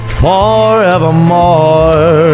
forevermore